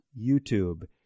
YouTube